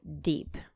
deep